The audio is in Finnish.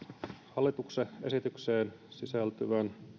hallituksen esitykseen sisältyvän